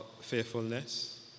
faithfulness